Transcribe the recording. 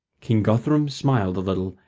king guthrum smiled a little,